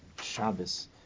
Shabbos